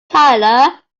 tyler